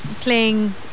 playing